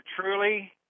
truly